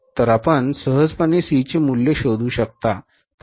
तर आपण सहजपणे सी चे मूल्य शोधू शकता